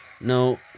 No